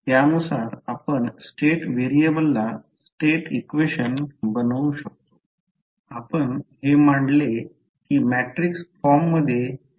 त्यानुसार आपण स्टेट व्हेरिएबलला स्टेट इक्वेशन बनवू शकतो